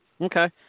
Okay